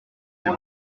ses